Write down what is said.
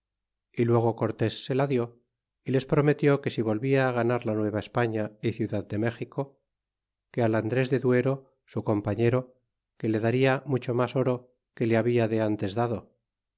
y luego cortés se la dió y les prometió que si volvía fi ganar la nuevaespaña y ciudad de méxico que al andrés de duero su compañero que le daria mucho mas oro que le habia de antes dado